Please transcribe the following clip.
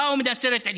באו מנצרת עילית,